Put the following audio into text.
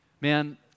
Man